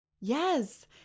Yes